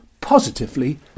positively